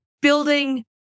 building